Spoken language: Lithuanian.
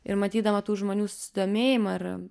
ir matydama tų žmonių susidomėjimą ar